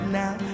now